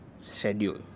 schedule